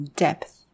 depth